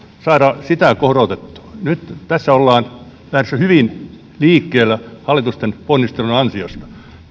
saada sitä korotettua nyt tässä ollaan lähdössä hyvin liikkeelle hallituksen ponnistelun ansiosta